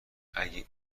اگه